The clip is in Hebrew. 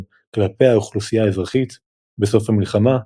כלפי האוכלוסייה האזרחית בסוף המלחמה,